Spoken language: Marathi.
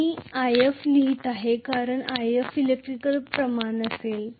मी If लिहीत आहे कारण If इलेक्ट्रिकल प्रमाण असेल तर